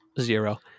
Zero